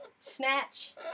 snatch